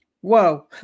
Whoa